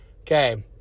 Okay